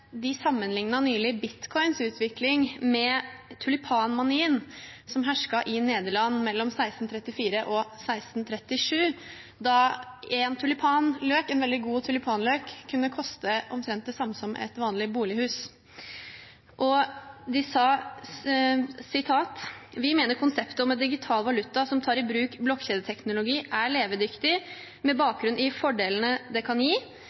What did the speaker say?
nylig sammenlignet utviklingen for bitcoin med tulipanmanien som hersket i Nederland mellom 1634 og 1637, da én veldig god tulipanløk kunne koste omtrent det samme som et vanlig bolighus. Goldman Sachs sier: «Vi mener konseptet om en digital valuta som tar i bruk blokkjedeteknologi er levedyktig med bakgrunn i fordelene det kan gi: